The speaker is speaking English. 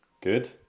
Good